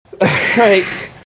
Right